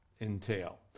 entail